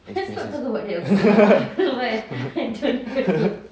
excuses